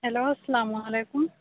hello السّلام علیکم